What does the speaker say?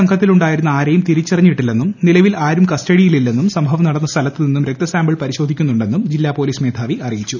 സംഘത്തിലുണ്ടായിരുന്ന ആരെയും തിരിച്ചറിഞ്ഞിട്ടില്ലെന്നും നിലവിൽ ആരും കസ്റ്റഡിയിൽ ഇല്ലെന്നൂം സംഭവം നടന്ന സ്ഥലത്ത് നിന്നും രക്ത സാമ്പിൾ പരിശോധിക്കുന്നു്ണ്ടെന്നും ജില്ലാ പോലീസ് മേധാവി അറിയിച്ചു